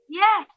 yes